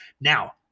now